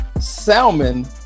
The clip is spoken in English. salmon